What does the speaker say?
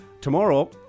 Tomorrow